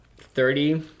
thirty